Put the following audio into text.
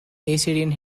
assyrian